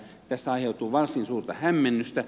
tästä aiheutuu varsin suurta hämmennystä